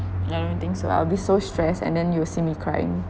I don't think so I'll be so stressed and then you'll see me crying